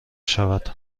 شود